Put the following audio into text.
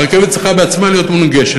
הרכבת עצמה צריכה להיות מונגשת.